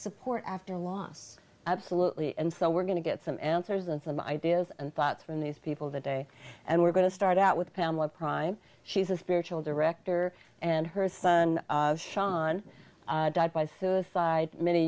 support after a loss absolutely and so we're going to get some answers and some ideas and thoughts from these people that day and we're going to start out with pamela prime she's a spiritual director and her son sean died by suicide many